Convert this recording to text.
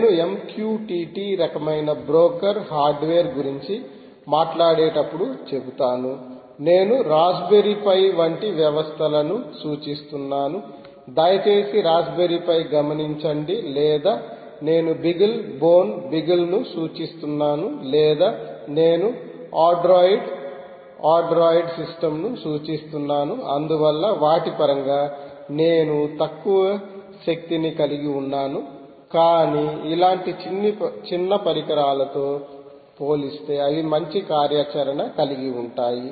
నేను MQTT రకమైన broker hardware గురించి మాట్లాడేటప్పుడు చెబుతాను నేను రాస్ప్బెరి పై వంటి వ్యవస్థలను సూచిస్తున్నాను దయచేసి రాస్ప్బెరి పై గమనించండి లేదా నేను బీగల్ బోన్ బీగల్ ను సూచిస్తున్నాను లేదా నేను ఓడ్రాయిడ్ ఓడ్రాయిడ్ సిస్టమ్ను సూచిస్తున్నాను అందువల్ల వాటి పరంగా నేను తక్కువ శక్తిని కలిగి ఉన్నాను కానీ ఇలాంటి చిన్న పరికరాలతో పోలిస్తే అవి మంచి కార్యాచరణను కలిగి ఉంటాయి